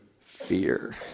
fear